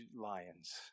lions